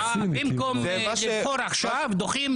במקום לבחור עכשיו, דוחים